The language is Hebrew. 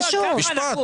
משפט?